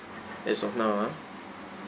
as of now ah